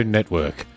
Network